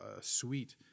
suite